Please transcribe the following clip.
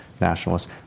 nationalists